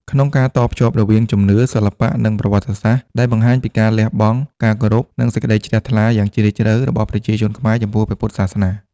ក្នុងការតភ្ជាប់រវាងជំនឿ សិល្បៈ និងប្រវត្តិសាស្ត្រ ដែលបង្ហាញពីការលះបង់ ការគោរព និងសេចក្តីជ្រះថ្លាយ៉ាងជ្រាលជ្រៅរបស់ប្រជាជនខ្មែរចំពោះព្រះពុទ្ធសាសនា។